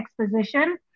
exposition